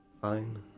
fine